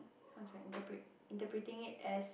how should I interpret interpreting it as